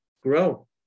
grow